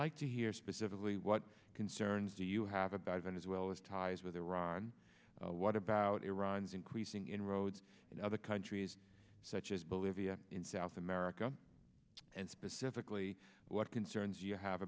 like to hear specifically what concerns do you have about event as well as ties with iran what about iran's increasing inroads in other countries such as bolivia in south america and specifically what concerns you have